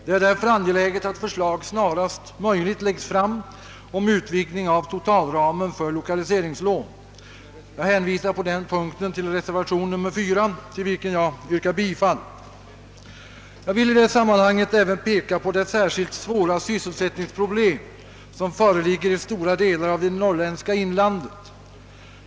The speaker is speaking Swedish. Det är därför angeläget att förslag snarast möjligt läggs fram om utvidgning av totalramen för lokaliseringslån. Jag hänvisar på den punkten till reservationen 4 i statsutskottets utlåtande nr 112. Jag vill i detta sammanhang även peka på de särskilt svåra sysselsättningsproblem som föreligger i stora delar av det norrländska inlandet.